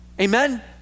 Amen